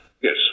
Yes